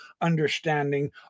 understanding